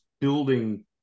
building